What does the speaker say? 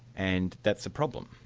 and that's a problem?